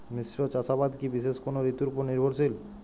মিশ্র চাষাবাদ কি বিশেষ কোনো ঋতুর ওপর নির্ভরশীল?